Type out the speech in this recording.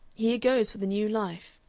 here goes for the new life,